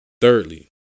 Thirdly